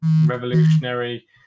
revolutionary